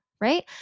right